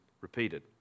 repeated